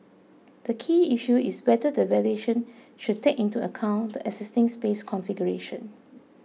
the key issue is whether the valuation should take into account the existing space configuration